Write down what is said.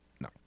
No